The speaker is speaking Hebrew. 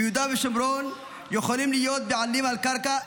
ביהודה ושומרון רק ירדנים וערבים יכולים להיות בעלים על קרקע.